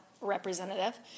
representative